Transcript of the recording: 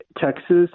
Texas